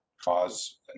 cause